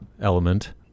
element